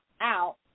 out